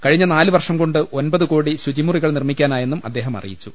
കഴിഞ്ഞ നാല് വർഷം കൊണ്ട് ഒമ്പത് കോടി ശുചി മുറികൾ നിർമ്മിക്കാനായെന്നും അദ്ദേഹം അറിയിച്ചു